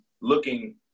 looking